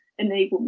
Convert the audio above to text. enablement